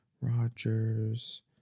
Rodgers